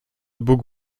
bóg